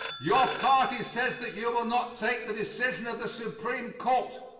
your party says that you will not take the decision of the supreme court.